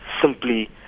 simply